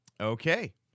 Okay